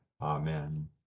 Amen